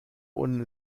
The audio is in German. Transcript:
und